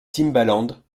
timbaland